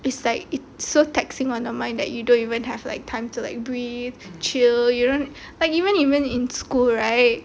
it's like it's so taxing on the mind that you don't even have like time to like breathe chill you don't like even in school right